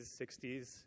60s